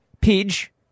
Pidge